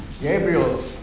Gabriel